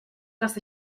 dass